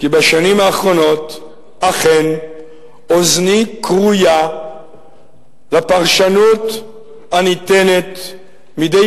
כי בשנים האחרונות אכן אוזני כרויה לפרשנות הניתנת מדי